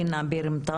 בוקר טוב לכולם,